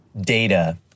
Data